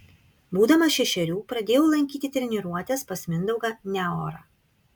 būdamas šešerių pradėjau lankyti treniruotes pas mindaugą neorą